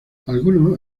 algunos